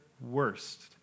worst